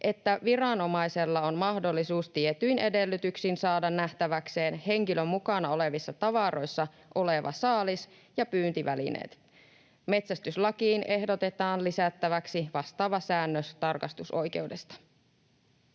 että viranomaisella on mahdollisuus tietyin edellytyksin saada nähtäväkseen henkilön mukana olevissa tavaroissa oleva saalis ja pyyntivälineet. Metsästyslakiin ehdotetaan lisättäväksi vastaava säännös tarkastusoikeudesta.